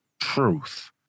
truth